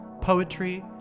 Poetry